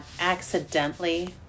Accidentally